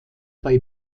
bei